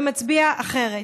ומצביע אחרת,